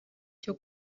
cyo